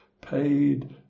paid